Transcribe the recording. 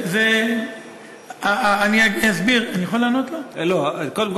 לא בכל מקום.